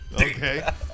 Okay